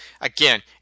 Again